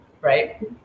right